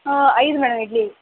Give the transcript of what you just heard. ಹಾಂ ಐದು ಮೇಡಮ್ ಇಡ್ಲಿ